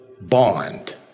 bond